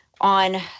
on